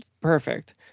perfect